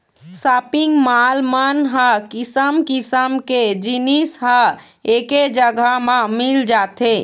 shopping mall मन ह किसम किसम के जिनिस ह एके जघा म मिल जाथे